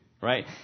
right